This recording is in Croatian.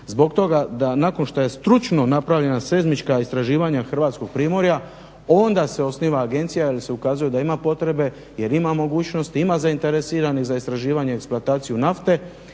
zbog toga da nakon što je stručno napravljena seizmička istraživanja hrvatskog primorja onda se osniva agencija jer se ukazuje da ima potrebe, jer ima mogućnosti, ima zainteresiranih za istraživanje i eksploataciju nafte.